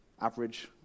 Average